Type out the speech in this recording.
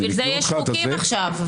בשביל זה יש חוקים עכשיו.